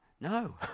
No